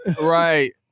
Right